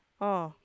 oh